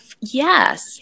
Yes